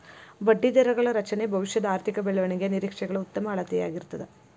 ಬಡ್ಡಿದರಗಳ ರಚನೆ ಭವಿಷ್ಯದ ಆರ್ಥಿಕ ಬೆಳವಣಿಗೆಯ ನಿರೇಕ್ಷೆಗಳ ಉತ್ತಮ ಅಳತೆಯಾಗಿರ್ತದ